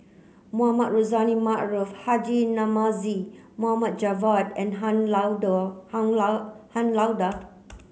Mohamed Rozani Maarof Haji Namazie Mohd Javad and Han Lao Da Han Lao Han Lao Da